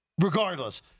Regardless